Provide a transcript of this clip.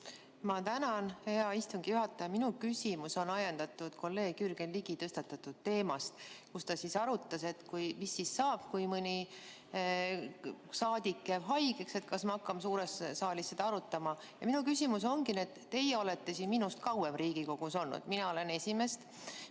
Ma tänan, hea istungi juhataja! Minu küsimus on ajendatud kolleeg Jürgen Ligi tõstatatud teemast, kus ta arutas, et mis siis saab, kui mõni saadik jääb haigeks, kas me hakkame seda suures saalis arutama. Ja minu küsimus ongi nüüd see. Teie olete minust kauem siin Riigikogus olnud. Mina olen siin